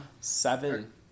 Seven